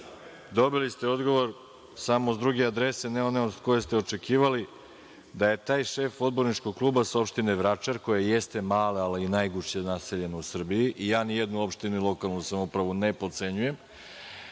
Nisam.)Dobili ste odgovor samo sa druge adrese, ne sa one sa koje ste očekivali, da je taj šef odborničkog kluba sa opštine Vračar koja jeste mala i najgušće naseljena u Srbiji i ja ni jednu lokalnu opštinu i lokalnu samoupravu ne potcenjujem,